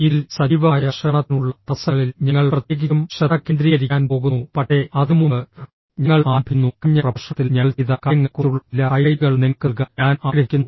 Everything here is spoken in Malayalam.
ഇതിൽ സജീവമായ ശ്രവണത്തിനുള്ള തടസ്സങ്ങളിൽ ഞങ്ങൾ പ്രത്യേകിച്ചും ശ്രദ്ധ കേന്ദ്രീകരിക്കാൻ പോകുന്നു പക്ഷേ അതിനുമുമ്പ് കഴിഞ്ഞ പ്രഭാഷണത്തിൽ ഞങ്ങൾ ചെയ്ത കാര്യങ്ങളെക്കുറിച്ചുള്ള ചില ഹൈലൈറ്റുകൾ നിങ്ങൾക്ക് നൽകാൻ ഞാൻ ആഗ്രഹിക്കുന്നു